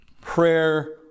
prayer